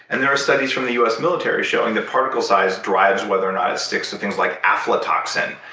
and there are studies from the us military showing that particle size drives whether or not it sticks to things like aflatoxin,